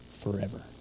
forever